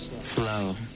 Flow